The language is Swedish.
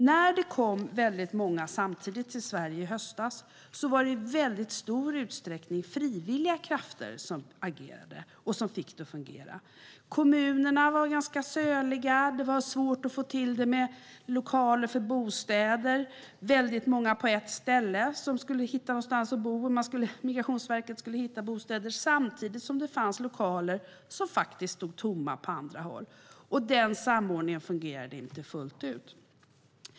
När det kom väldigt många samtidigt till Sverige i höstas var det i väldigt stor utsträckning frivilliga krafter som agerade och som fick det att fungera. Kommunerna var ganska söliga. Det var svårt att få till det med bostäder. Det var väldigt många på ett ställe som skulle hitta någonstans att bo. Migrationsverket skulle hitta bostäder samtidigt som det på andra håll fanns lokaler som stod tomma. Den samordningen fungerade inte fullt ut.